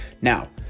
Now